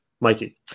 Mikey